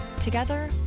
Together